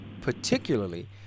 particularly